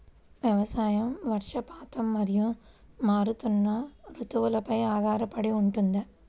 వ్యవసాయం వర్షపాతం మరియు మారుతున్న రుతువులపై ఆధారపడి ఉంటుంది